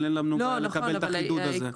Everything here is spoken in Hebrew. אבל אין לנו בעיה לקבל את החידוד הזה.